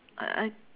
I I